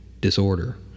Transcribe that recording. disorder